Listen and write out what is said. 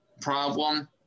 problem